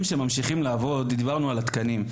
דיברנו על תקנים.